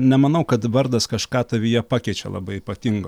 nemanau kad vardas kažką tavyje pakeičia labai ypatingo